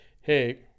hey